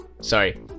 Sorry